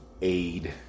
aid